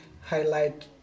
highlight